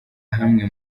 hamwe